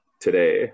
today